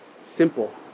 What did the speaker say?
Simple